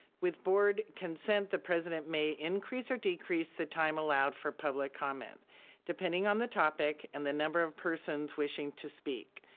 with board consent the president may increase or decrease the time allowed for public comments depending on the topic and the number of persons wishing to speak.